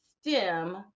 STEM